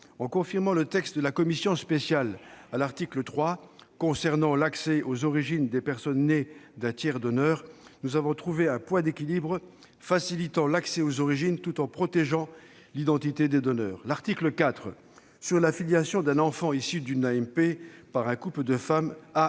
en confirmant le texte de la commission spéciale à l'article 3 concernant l'accès aux origines des personnes nées d'un tiers donneur, nous avons trouvé un point d'équilibre facilitant l'accès aux origines tout en protégeant l'identité des donneurs. L'article 4, sur la filiation d'un enfant issu d'une AMP par un couple de femmes,